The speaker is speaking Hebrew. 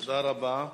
תודה רבה.